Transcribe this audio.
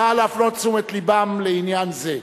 נא להפנות את תשומת לבם לעניין זה.